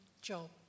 job